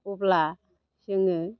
अब्ला जोङो